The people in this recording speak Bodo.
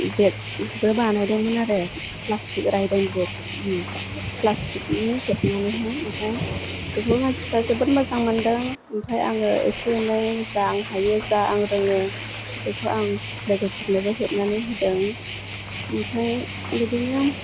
बेकबो बानायदोंमोन आरो प्लास्टिक रायदों बेकनि प्लास्टिकनि हेबनानैहाय ओमफ्राय बेखौ मानसिफ्रा जोबोद मोजां मोन्दों ओमफ्राय आङो एसे एनै जा आं हायो जा आं रोङो बेखौ आं लोगोफोरनोबो हेबनानै होदों ओमफ्राय बिदिनो